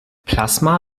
plasma